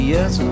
Yes